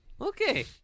Okay